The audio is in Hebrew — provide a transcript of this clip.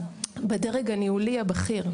בדרג הניהולי הבכיר,